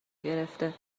گرفته